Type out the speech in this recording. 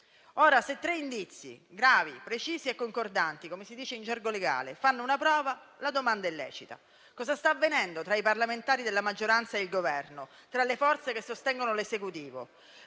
Ora, se tre indizi, gravi, precisi e concordanti - come si dice in gergo legale - fanno una prova, la domanda è lecita: cosa sta avvenendo tra i parlamentari della maggioranza e il Governo, tra le forze che sostengono l'Esecutivo?